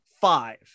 five